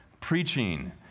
preaching